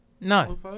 No